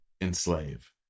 enslave